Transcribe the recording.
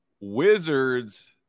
Wizards